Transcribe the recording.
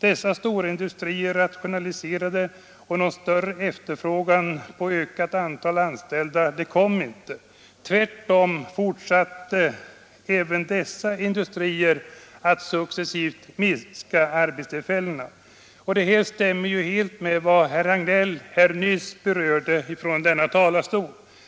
Dessa stora industrier rationaliserade, och någon större efterfrågan på ökat antal anställda uppstod inte. Tvärtom fortsatte även dessa industrier att successivt minska antalet arbetstillfällen. Det här stämmer helt med vad herr Hagnell nyss berörde från denna talarstol.